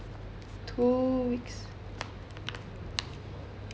two weeks